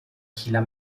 kieler